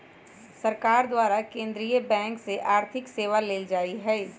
सरकार द्वारा केंद्रीय बैंक से आर्थिक सेवा लेल जाइ छइ